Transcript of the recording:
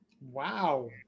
Wow